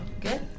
Good